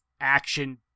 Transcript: action